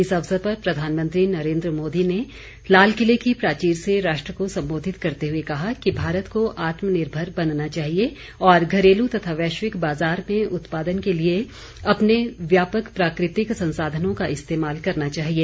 इस अवसर पर प्रधानमंत्री नरेन्द्र मोदी ने लाल किले की प्राचीर से राष्ट्र को संबोधित करते हुए कहा कि भारत को आत्मनिर्भर बनना चाहिए और घरेलू तथा वैश्विक बाजार में उत्पादन के लिए अपने व्यापक प्राकृतिक संसाधनों का इस्तेमाल करना चाहिए